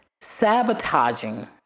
Sabotaging